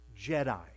Jedi